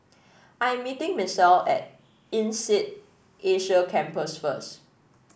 I am meeting Misael at INSEAD Asia Campus first